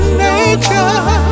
nature